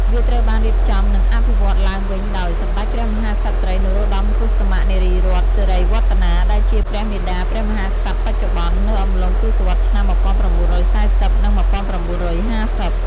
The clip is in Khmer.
វាត្រូវបានរៀបចំ និងអភិវឌ្ឍន៍ឡើងវិញដោយ សម្តេចព្រះមហាក្សត្រី នរោត្តម កុសុមៈ នារីរ័ត្ន សិរីវឌ្ឍនា ដែលជា ព្រះមាតាព្រះមហាក្សត្របច្ចុប្បន្ន នៅអំឡុងទសវត្សរ៍ឆ្នាំ ១៩៤០ និង ១៩៥០។